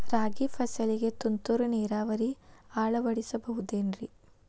ರಾಗಿ ಫಸಲಿಗೆ ತುಂತುರು ನೇರಾವರಿ ಅಳವಡಿಸಬಹುದೇನ್ರಿ?